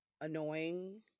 annoying